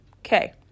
Okay